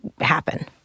happen